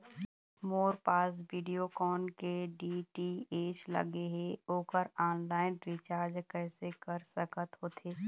मोर पास वीडियोकॉन के डी.टी.एच लगे हे, ओकर ऑनलाइन रिचार्ज कैसे कर सकत होथे?